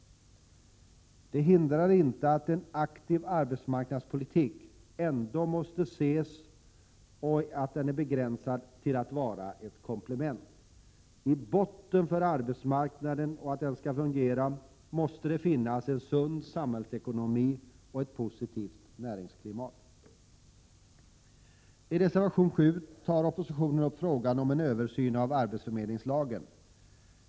Det hindrar inte att en aktiv arbetsmarknadspolitik är begränsad till att vara ett komplement. För att arbetsmarknaden skall fungera måste det i botten finnas en sund samhällsekonomi och ett positivt näringsklimat. I reservation 7 tar oppositionen upp frågan om en översyn av arbetsförmedlingslagen.